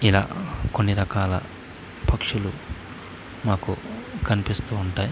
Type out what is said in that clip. ఇలా కొన్ని రకాల పక్షులు మాకు కనిపిస్తూ ఉంటాయి